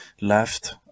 left